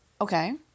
Okay